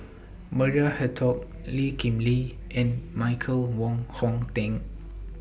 Maria Hertogh Lee Kip Lee and Michael Wong Hong Teng